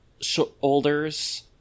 Shoulders